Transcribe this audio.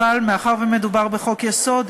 אבל מאחר שמדובר בחוק-יסוד,